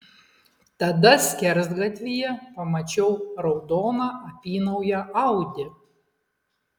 tada skersgatvyje pamačiau raudoną apynauję audi